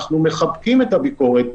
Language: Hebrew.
אנחנו מחבקים את הביקורת,